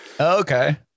okay